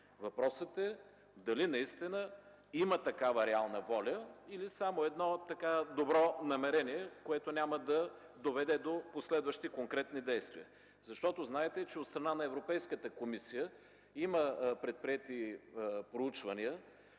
Въпросът е дали наистина има такава реална воля, или е само едно добро намерение, което няма да доведе до последващи конкретни действия. Защото знаете, че от страна на Европейската комисия има предприети проучвания